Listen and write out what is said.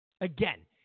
again